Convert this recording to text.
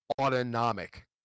autonomic